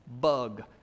bug